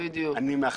זה היה במשרד האוצר.